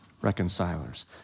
reconcilers